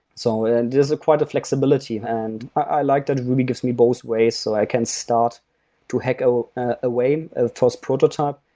so and there's quite a flexibility, and i like that ruby gives me both ways so i can start to hack ah ah away those prototype.